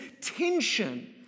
tension